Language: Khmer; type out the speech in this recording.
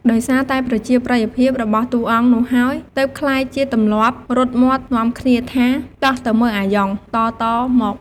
ដោយសារតែប្រជាប្រិយភាពរបស់តួអង្គនោះហើយ ទើបក្លាយជាទម្លាប់រត់មាត់នាំគ្នាថា “តោះទៅមើលអាយ៉ង” តៗមក ។